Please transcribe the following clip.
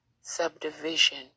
subdivision